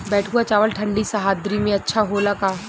बैठुआ चावल ठंडी सह्याद्री में अच्छा होला का?